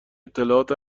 اطلاعات